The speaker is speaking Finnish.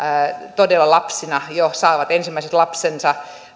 todella lapsina jo saavat ensimmäiset lapsensa